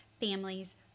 families